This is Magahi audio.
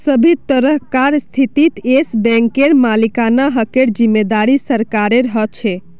सभी तरहकार स्थितित येस बैंकेर मालिकाना हकेर जिम्मेदारी सरकारेर ह छे